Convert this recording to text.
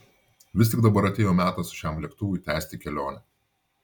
vis tik dabar atėjo metas šiam lėktuvui tęsti kelionę